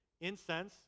Incense